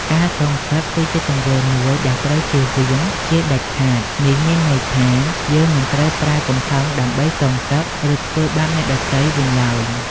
ការសងសឹក គឺជាទង្វើមួយដែលត្រូវជៀសវាងជាដាច់ខាត នេះមានន័យថា យើងមិនត្រូវប្រើកំហឹងដើម្បីសងសឹក ឬធ្វើបាបអ្នកដទៃវិញឡើយ។